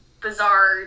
bizarre